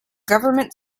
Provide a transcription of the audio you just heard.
government